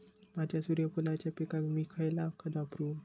माझ्या सूर्यफुलाच्या पिकाक मी खयला खत वापरू?